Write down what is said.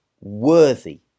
worthy